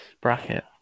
bracket